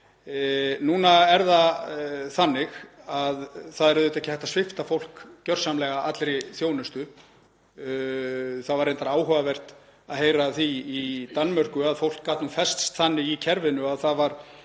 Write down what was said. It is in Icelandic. Núna er það þannig að það er auðvitað ekki hægt að svipta fólk gjörsamlega allri þjónustu. Það var reyndar áhugavert að heyra af því í Danmörku að fólk gat fests þannig í kerfinu að það var